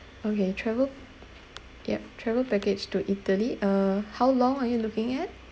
okay travel yup travel package to italy uh how long are you looking at